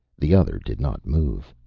the other did not move.